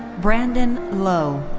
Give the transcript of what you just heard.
brandon lo.